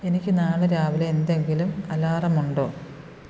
എനിക്ക് നാളെ രാവിലെ എന്തെങ്കിലും അലാറമുണ്ടോ